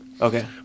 Okay